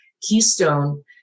Keystone